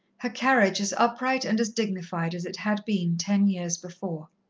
her carriage as upright and as dignified as it had been ten years before.